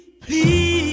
please